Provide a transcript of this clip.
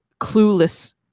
clueless